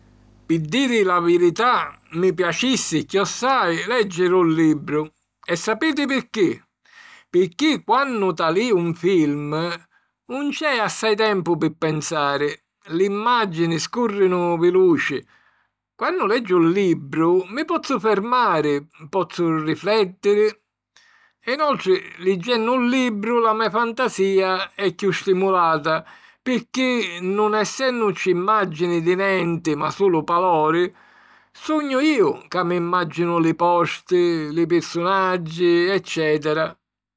Pi diri la virità, mi piacissi chiossai lèggiri un libru. E sapiti pirchì? Pirchì quannu talìu un film 'un c'è assai tempu pi pensari: l'imàgini scùrrinu viluci. Quannu leggiu un libru, mi pozzu fermari, pozzu riflèttiri. E inoltri, liggennu un libru la me fantasìa è chiù stimulata pirchì, nun essènnuci imàgini di nenti ma sulu palori, sugnu iu ca mi imàginu li posti, li pirsunaggi eccètera.